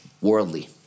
worldly